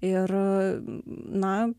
ir na